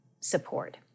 support